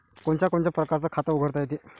कोनच्या कोनच्या परकारं खात उघडता येते?